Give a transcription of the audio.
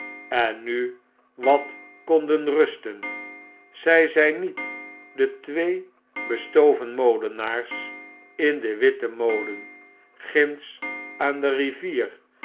en nu wat konden rusten zy zyn niet de twee bestovenmolenaarsinden witten molen ginds aan de rivier